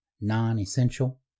Non-essential